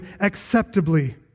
acceptably